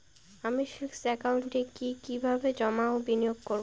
আমি ফিক্সড একাউন্টে কি কিভাবে জমা ও বিনিয়োগ করব?